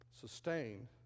sustained